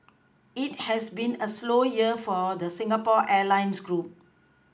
it has been a slow year for a the Singapore Airlines group